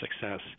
success